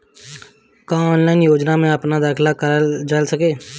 का ऑनलाइन योजनाओ में अपना के दाखिल करल जा सकेला?